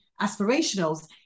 aspirationals